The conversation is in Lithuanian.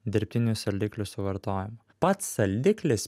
dirbtinių saldiklių suvartojimu pats saldiklis